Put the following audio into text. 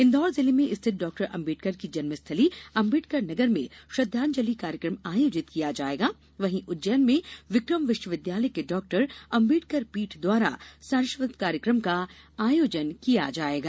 इंदौर जिले में स्थित डाक्टर अंबेडकर की जन्मस्थली अंबेडकर नगर में श्रद्वांजलि कार्यक्रम आयोजित किया जायेगा वहीं उज्जैन में विक्रम विश्वविद्यालय के डाक्टर अंबेडकर पीठ द्वारा सारस्वत कार्यक्रम का आयोजन किया जायेगा